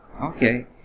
Okay